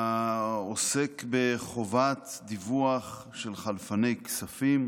העוסק בחובת דיווח של חלפני כספים,